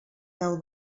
deu